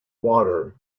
water